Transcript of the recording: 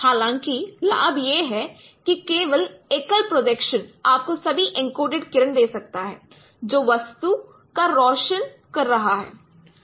हालांकि लाभ यह है कि केवल एकल प्रोजेक्शन आपको सभी एन्कोडेड किरण दे सकता है जो वस्तु को रोशन कर रहा है